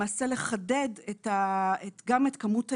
למעשה, לחדד גם את כמות הילדים,